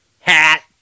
hat